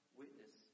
witness